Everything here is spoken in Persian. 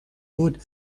بود